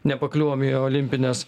nepakliuvome į olimpines